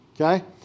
okay